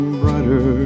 brighter